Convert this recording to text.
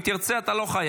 אם תרצה, אתה לא חייב.